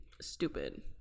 stupid